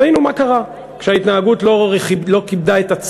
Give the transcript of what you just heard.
ראינו מה קרה כשההתנהגות לא כיבדה אותם